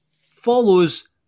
follows